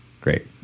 Great